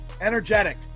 energetic